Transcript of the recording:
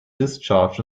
discharge